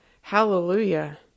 Hallelujah